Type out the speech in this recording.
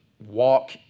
walk